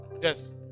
Yes